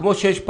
כמו שיש פאנגו,